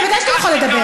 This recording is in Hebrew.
בוודאי שאתה יכול לדבר.